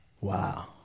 Wow